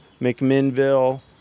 McMinnville